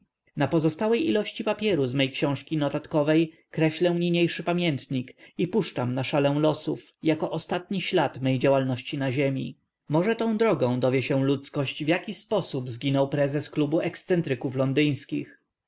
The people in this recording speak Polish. na pozostałej ilości papieru z mej książki notatkowej kreślę niniejszy pamiętnik i puszczam na szalę losów jako ostatni ślad mej działalności na ziemi może tą drogą dowie się ludzkość w jaki sposób zginął prezes klubu ekscentryków londyńskich